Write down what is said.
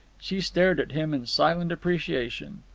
she stared at him in silent appreciation.